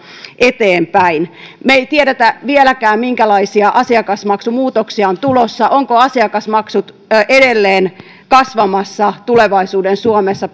eteenpäin me emme tiedä vieläkään minkälaisia asiakasmaksumuutoksia on tulossa ovatko asiakasmaksut edelleen kasvamassa tulevaisuuden suomessa